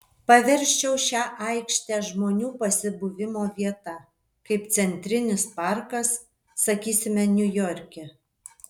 paversčiau šią aikštę žmonių pasibuvimo vieta kaip centrinis parkas sakysime niujorke